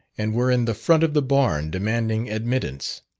and were in the front of the barn demanding admittance,